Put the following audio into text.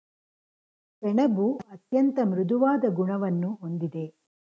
ಸೆಣಬು ಅತ್ಯಂತ ಮೃದುವಾದ ಗುಣವನ್ನು ಹೊಂದಿದೆ